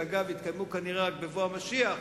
שאגב יתקיימו כנראה רק בבוא המשיח,